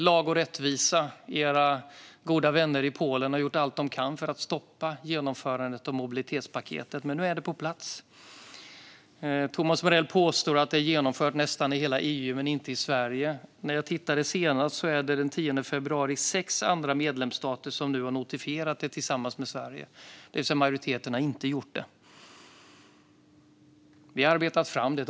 Lag och Rättvisa, era goda vänner i Polen, har gjort allt de kan för att stoppa genomförandet av mobilitetspaketet. Men nu är det på plats. Thomas Morell påstår att detta är genomfört i nästan hela EU men inte i Sverige. När jag tittade senast såg jag att det den 10 februari var sex andra medlemsstater som hade notifierat det tillsammans med Sverige, det vill säga att majoriteten inte har gjort det. Vi har arbetat fram detta.